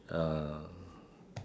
uh